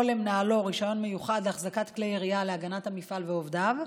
למנהלו רישיון מיוחד להחזקת כלי ירייה להגנת המפעל ועובדיו.